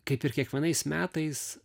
kaip ir kiekvienais metais